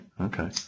okay